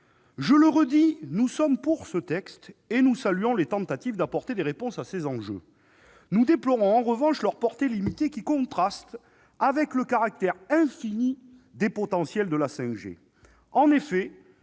Je le redis, nous sommes pour ce texte et nous saluons les tentatives de réponse à ces enjeux. Nous déplorons en revanche leur portée limitée, qui contraste avec le caractère infini des potentiels de la 5G. En effet,